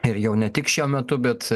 ir jau ne tik šiuo metu bet